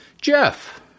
Jeff